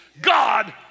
God